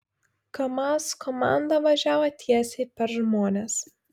kamaz komanda važiavo tiesiai per žmones